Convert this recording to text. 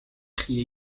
cris